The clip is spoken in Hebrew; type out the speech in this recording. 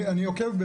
אני עוקב.